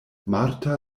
marta